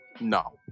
No